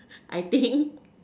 I think